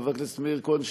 חבר הכנסת מאיר כהן,